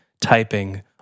typing